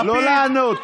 לא לענות,